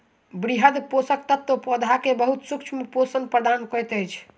वृहद पोषक तत्व पौधा के बहुत सूक्ष्म पोषण प्रदान करैत अछि